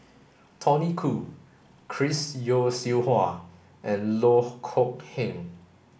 Tony Khoo Chris Yeo Siew Hua and Loh Kok Heng